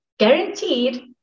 guaranteed